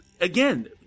again